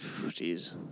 Jeez